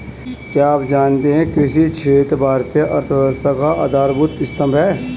क्या आप जानते है कृषि क्षेत्र भारतीय अर्थव्यवस्था का आधारभूत स्तंभ है?